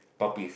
puppies